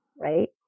right